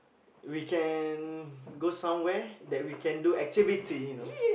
we can go somewhere that we can do activity you know